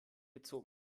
gezogen